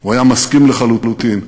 הוא היה מסכים לחלוטין.